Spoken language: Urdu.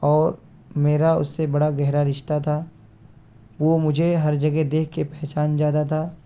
اور میرا اس سے بڑا گہرا رشتہ تھا وہ مجھے ہر جگہ دیکھ کے پہچان جاتا تھا